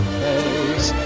face